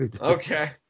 okay